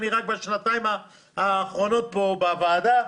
אני רק בשנתיים האחרונות פה בוועדה.